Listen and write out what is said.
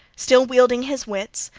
still wielding his wits.